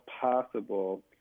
possible